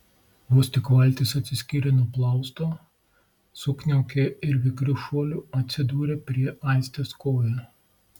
vos tik valtis atsiskyrė nuo plausto sukniaukė ir vikriu šuoliu atsidūrė prie aistės kojų